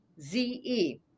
Z-E